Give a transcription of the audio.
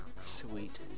Sweet